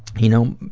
you know,